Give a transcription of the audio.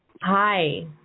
Hi